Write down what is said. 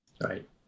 Right